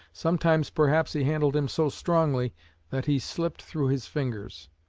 sometimes, perhaps, he handled him so strongly that he slipped through his fingers.